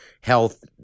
health